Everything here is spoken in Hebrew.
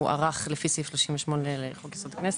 הוא הוארך לפי סעיף 38 לחוק-יסוד: הכנסת,